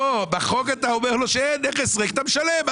בחוק אתה אומר לו שאם הנכס ריק אתה משלם.